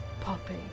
Poppy